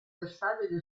bersaglio